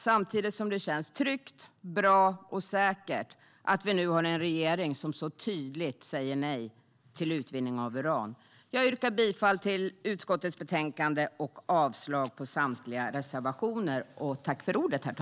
Samtidigt känns det tryggt, bra och säkert att vi nu har en regering som så tydligt säger nej till utvinning av uran.